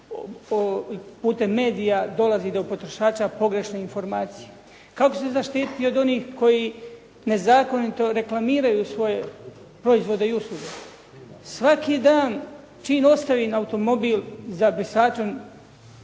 putem medija dolazi do potrošača pogrešne informacije? Kako se zaštiti od onih koji nezakonito reklamiraju svoje proizvode i usluge? Svaki dan čim ostavim automobil za brisačem